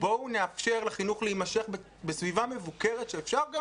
בואו נאפשר לחינוך להימשך בסביבה מבוקרת, שאפשר גם